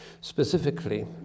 specifically